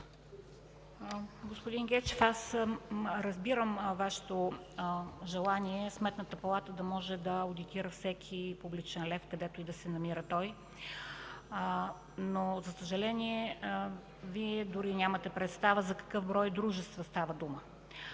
Господин Гечев, аз разбирам Вашето желание Сметната палата да може да одитира всеки публичен лев, където и да се намира той, но за съжаление Вие дори нямате представа за какъв брой дружества става дума.